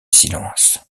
silence